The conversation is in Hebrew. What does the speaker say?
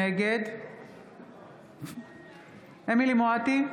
נגד אמילי חיה מואטי,